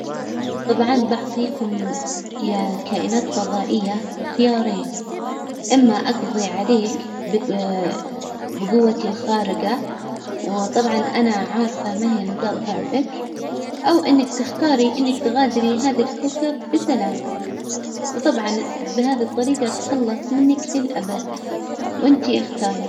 طبعا بعطيكم يا كائنات فظائية خيارين، إما أقظي عليك بج- بجوتي الخارجة، وطبعا أنا عارفة ما هي نجاط ظعفك، أو إنك تختاري إنك تغادري هذا الكوكب بسلام، وطبعا بهذي الطريجة أتخلص منك للأبد، وإنتي إختاري.